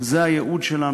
זה הייעוד שלנו.